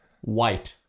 white